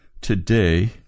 today